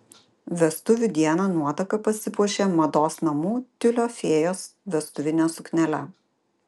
vestuvių dieną nuotaka pasipuošė mados namų tiulio fėjos vestuvine suknele